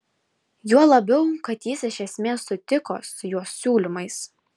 juo labiau kad jis iš esmės sutiko su jo siūlymais